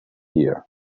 ear